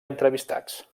entrevistats